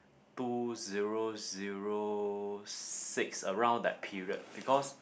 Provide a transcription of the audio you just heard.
two zero zero six around that period because